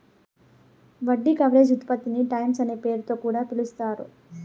వడ్డీ కవరేజ్ ఉత్పత్తిని టైమ్స్ అనే పేరుతొ కూడా పిలుస్తారు